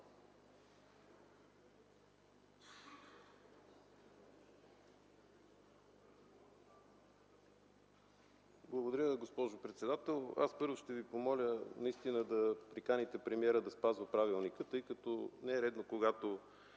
Благодаря, госпожо председател. Първо, ще Ви помоля да приканите премиера да спазва правилника, тъй като не е редно, когато